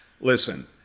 listen